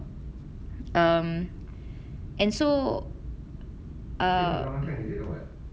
um and so err